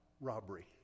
robbery